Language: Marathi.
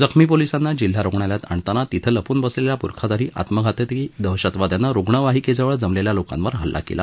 जखमी पोलिसांना जिल्हा रुग्णालयात आणताना तिथं लपून बसलेल्या बुरखाधारी आत्मघातकी दहशतवाद्यानं रुगणवाहिकेजवळ जमलेल्या लोकांवर हल्ला केला